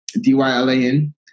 D-Y-L-A-N